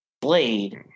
Blade